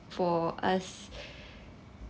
for us